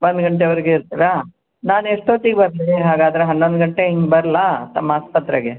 ಒಂದು ಗಂಟೆವರೆಗೆ ಇರ್ತೀರ ನಾನು ಎಷ್ಟೊತ್ತಿಗೆ ಬರಲಿ ಹಾಗಾದರೆ ಹನ್ನೊಂದು ಗಂಟೆ ಹಿಂಗೆ ಬರಲಾ ತಮ್ಮ ಆಸ್ಪತ್ರೆಗೆ